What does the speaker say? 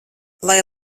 lai